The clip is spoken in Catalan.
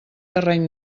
terreny